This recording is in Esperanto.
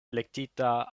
elektita